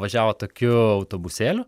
važiavo tokiu autobusėliu